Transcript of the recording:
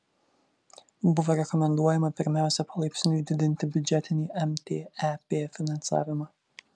buvo rekomenduojama pirmiausia palaipsniui didinti biudžetinį mtep finansavimą